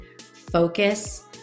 focus